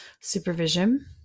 supervision